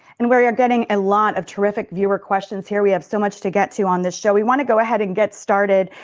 and we we are getting a lot of terrific viewer questions here, we have so much to get to on the show and we want to go ahead and get started.